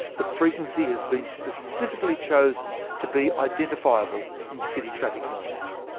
the frequency has been specifically chosen to be identifiable in city traffic noise.